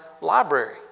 library